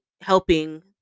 helping